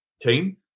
team